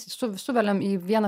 suv suveliam į vieną